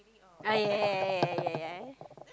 ah ya ya ya ya ya ya ya